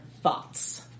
thoughts